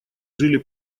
жили